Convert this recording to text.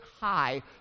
high